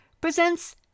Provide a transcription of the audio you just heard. presents